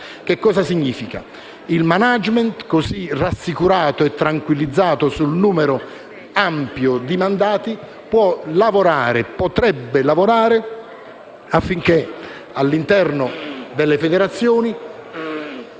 il *management*, così rassicurato e tranquillizzato sul numero ampio di mandati, potrebbe lavorare affinché all'interno delle federazioni